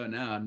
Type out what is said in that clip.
now